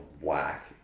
whack